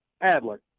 Adler